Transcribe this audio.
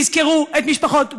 תזכרו את משפחות גולדין,